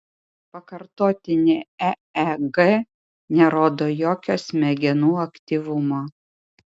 pakartotinė eeg nerodo jokio smegenų aktyvumo